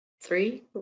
Three